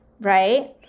right